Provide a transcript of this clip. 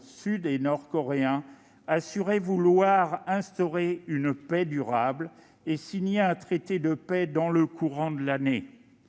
sud et nord-coréens assuraient vouloir instaurer une paix durable et signer un traité de paix dans le courant de l'année.